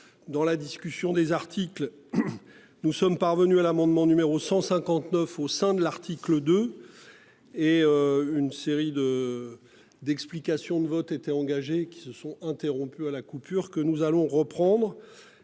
dans la discussion des articles. Nous sommes parvenus à l'amendement numéro 159 au sein de l'article 2. Et une série de d'explication de vote était engagé qui se sont interrompues à la coupure que nous allons reprendre